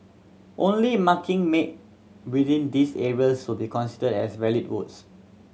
only marking made within these areas will be considered as valid votes